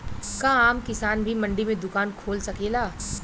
का आम किसान भी मंडी में दुकान खोल सकेला?